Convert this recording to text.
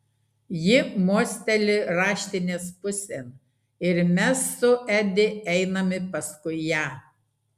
ji mosteli raštinės pusėn ir mes su edi einame paskui ją